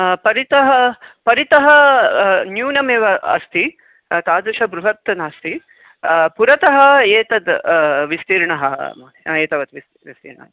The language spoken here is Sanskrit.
परितः परितः न्यूनमेव अस्ति तादृशः बृहत् नास्ति पुरतः एतद् विस्तीर्णः एतावत् वि विस्तीर्णः